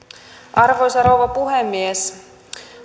arvoisa rouva puhemies